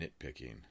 nitpicking